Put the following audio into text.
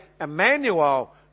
Emmanuel